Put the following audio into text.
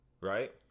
right